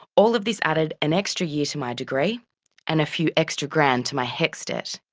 all of this added an extra year to my degree and a few extra grand to my hecs debt.